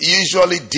usually